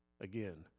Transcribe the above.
again